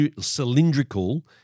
cylindrical